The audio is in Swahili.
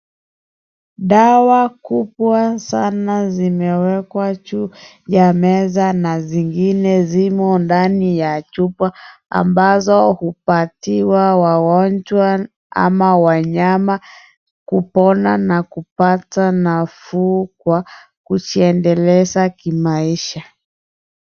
Dawa kubwa sana zimewekwa juu ya meza na zingine zimo ndani ya chupa ambayo hupatiwa wagonjwa ama wanyama kupona na kupata nafuu ya kujiendeleza kimaisha.